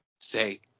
Say